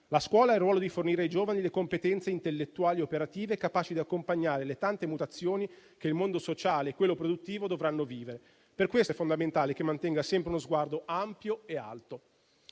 La scuola ha il ruolo di fornire ai giovani le competenze intellettuali e operative capaci di accompagnare le tante mutazioni che il mondo sociale e quello produttivo dovranno vivere. Per questo è fondamentale che mantenga sempre uno sguardo ampio e alto.